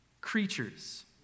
creatures